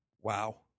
Wow